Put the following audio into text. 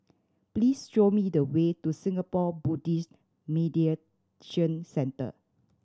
please show me the way to Singapore Buddhist Meditation Centre